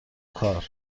کار